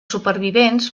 supervivents